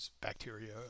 bacteria